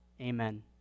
Amen